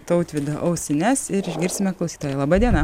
tautvydą ausines ir išgirsime klausytoją laba diena